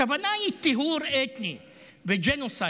הכוונה היא טיהור אתני וג'נוסייד,